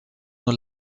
nur